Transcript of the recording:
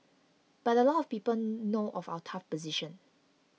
but a lot of people know of our tough position